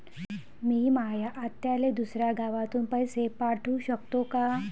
मी माया आत्याले दुसऱ्या गावातून पैसे पाठू शकतो का?